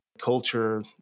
culture